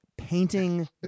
Painting